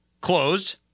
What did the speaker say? closed